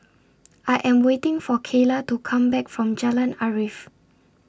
I Am waiting For Kaylah to Come Back from Jalan Arif